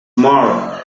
tomorrow